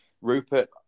Rupert